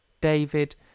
David